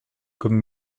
comme